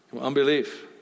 unbelief